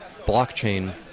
blockchain